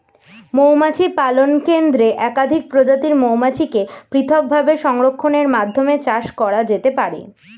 মৌমাছি পালন কেন্দ্রে একাধিক প্রজাতির মৌমাছিকে পৃথকভাবে সংরক্ষণের মাধ্যমে চাষ করা যেতে পারে